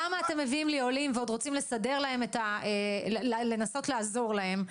למה אתם מביאים לי עולים ועוד רוצים לנסות לעזור להם?